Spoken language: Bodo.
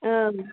औ